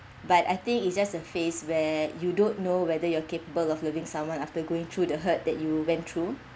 but I think it's just a phase where you don't know whether you're capable of loving someone after going through the hurt that you went through